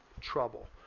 trouble